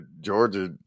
Georgia